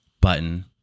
button